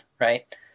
Right